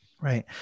Right